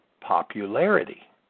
popularity